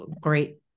great